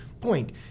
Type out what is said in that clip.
point